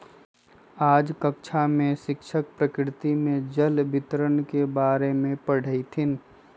आज कक्षा में शिक्षक प्रकृति में जल वितरण के बारे में पढ़ईथीन